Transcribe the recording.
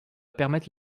permettre